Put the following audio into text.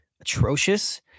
atrocious